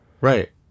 Right